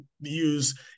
use